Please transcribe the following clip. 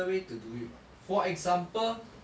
surely there's a better way to do it [what] for example